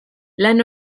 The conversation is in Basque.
lan